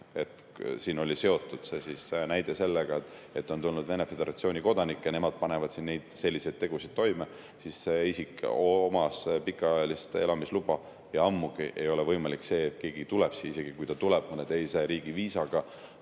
… Siin oli seotud näide sellega, et on tulnud Vene föderatsiooni kodanikke, nemad panevad siin selliseid tegusid toime – siis see isik omas pikaajalist elamisluba. Ja ammugi ei ole võimalik see, et keegi tuleb siia, isegi kui ta tuleb mõne teise riigi viisaga